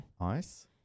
Ice